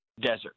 desert